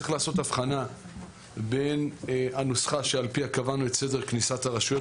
צריך לעשות הבחנה בין הנוסחה שעל פיה קבענו את סדר כניסת הרשויות,